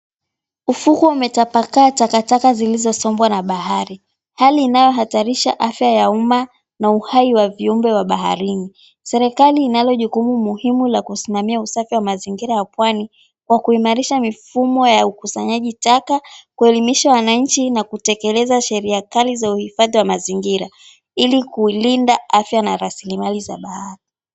Ufukwe umetapakaa takataka zilizosombwa na bahari. Hali inayohatarisha afya ya umma na uhai wa viumbe wa baharini. Serikali inalo jukumu muhimu la kusimamia usafi wa mazingira ya pwani kwa kuimarisha mifumo ya ukusanyaji taka, kuelimisha wananchi na kutekeleza sheria kali za uhifadhi wa mazingira ili kuilinda afya na rasilimali za bahari.